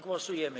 Głosujemy.